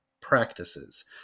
practices